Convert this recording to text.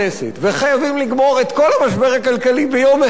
וחייבים לגמור את כל המשבר הכלכלי ביום אחד,